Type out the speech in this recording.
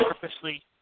purposely